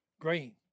green